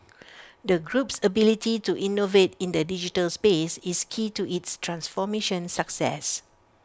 the group's ability to innovate in the digital space is key to its transformation success